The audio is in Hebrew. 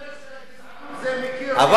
אתה אומר שהגזענות זה מקיר לקיר, של כולם.